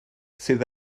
sydd